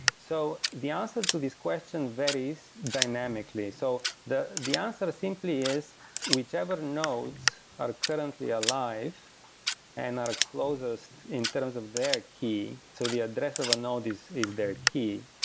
so the answer to this question varies dynamically. so the the answer simply is whichever nodes are currently alive and are closest in terms of their key, so the address of a node is is their key.